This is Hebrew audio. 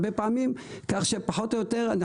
ויכל לעשות את זה הרבה פעמים כך שפחות או יותר אנחנו